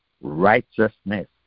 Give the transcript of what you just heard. righteousness